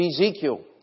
ezekiel